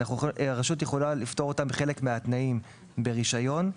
בחלק מהתנאים ברישיון.